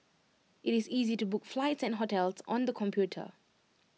IT is easy to book flights and hotels on the computer